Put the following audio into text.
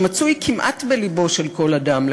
שמצוי בלבו של כל אדם כמעט,